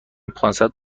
پانصد